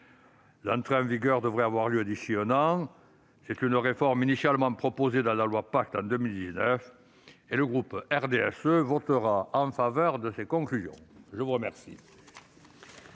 L'entrée en vigueur devrait avoir lieu d'ici un an, pour une réforme initialement proposée dans la loi Pacte en 2019. Le groupe RDSE votera donc en faveur des conclusions de la commission